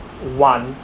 want